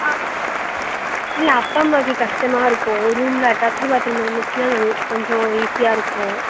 ஆ இல்லை அப்பா அம்மாக்கு கஸ்டமாக இருக்கும் ரூம்மில் ஆட்டாச்டு பாத்ரூம் இருந்துச்சுன்னா நல் கொஞ்சம் ஈஸியாக இருக்கும்